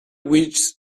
with